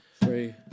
three